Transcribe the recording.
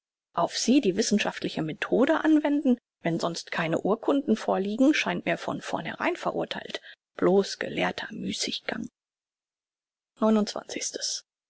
auf sie die wissenschaftliche methode anwenden wenn sonst keine urkunden vorliegen scheint mir von vornherein verurtheilt bloß gelehrter müßiggang